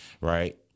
Right